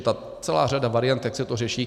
Je celá řada variant, jak se to řeší.